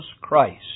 Christ